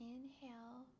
Inhale